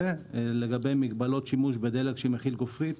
לגבי מגבלות על שימוש בדלק שמכיל גופרית